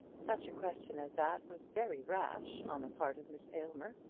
such a question as that was very rash on the part of miss aylmer.